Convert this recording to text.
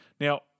Now